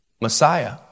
Messiah